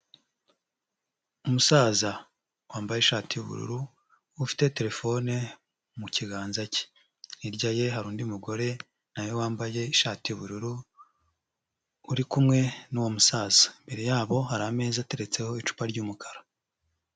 Umusaza wambaye ishati y'ubururu, ufite telefone mu kiganza cye. Hirya ye hari undi mugore na we wambaye ishati y'ubururu uri kumwe n'uwo musaza, imbere yabo hari ameza ateretseho icupa ry'umukara.